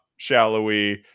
Shallowy